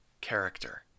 character